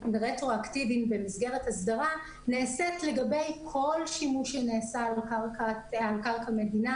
רטרואקטיביים במסגרת הסדרה נעשית לגבי כל שימוש שנעשה על קרקע מדינה,